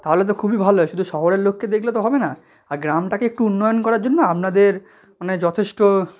তাহলে তো খুবই ভালো হয় শুধু শহরের লোককে দেখলে তো হবে না আর গ্রামটাকে একটু উন্নয়ন করার জন্য আপনাদের মানে যথেষ্ট